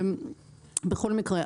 בכל מקרה,